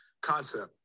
concept